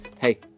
Hey